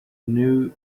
new